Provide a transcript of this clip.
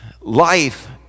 life